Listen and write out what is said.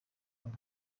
huye